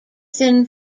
thin